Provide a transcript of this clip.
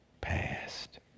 past